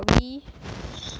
are we